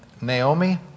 Naomi